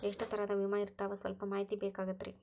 ಎಷ್ಟ ತರಹದ ವಿಮಾ ಇರ್ತಾವ ಸಲ್ಪ ಮಾಹಿತಿ ಬೇಕಾಗಿತ್ರಿ